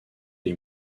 les